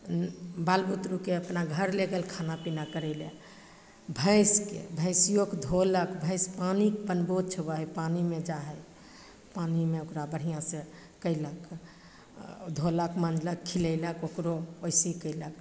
हूँ बाल बुतरूके अपना घर ले गेल खाना पीना करै ले भैंसके भैंसियोके धोलक भैंस पानिके पनबोच होबऽ हइ पानिमे जा हइ पानिमे ओकरा बढ़िआँ से कैलक धोलक मांजलक खिलैलक ओकरो ओहिसीही कैलक